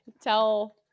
tell